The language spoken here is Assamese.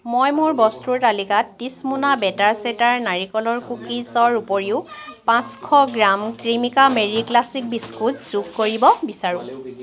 মই মোৰ বস্তুৰ তালিকাত ত্ৰিশ মোনা বেটাৰ চেটাৰ নাৰিকলৰ কুকিছৰ উপৰিও পাঁচশ gram Cremica Marie Classic biscuit যোগ কৰিব বিচাৰোঁ